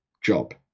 job